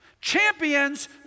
Champions